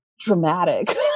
dramatic